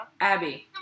Abby